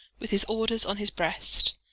with his orders on his breast,